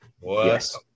Yes